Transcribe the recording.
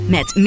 Met